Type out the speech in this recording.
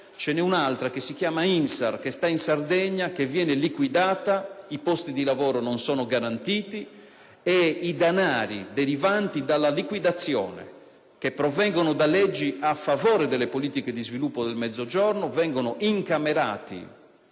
invece un'altra società, la IN.SAR spa che si trova in Sardegna, che viene liquidata, ma i posti di lavoro non sono garantiti e i danari derivanti dalla liquidazione - che provengono da leggi a favore delle politiche di sviluppo del Mezzogiorno - vengono incamerati